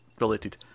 related